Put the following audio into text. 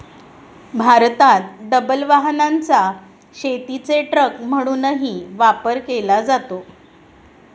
भारतात डबल वाहनाचा शेतीचे ट्रक म्हणूनही वापर केला जातो